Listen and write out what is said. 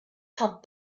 pumped